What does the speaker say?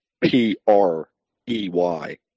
P-R-E-Y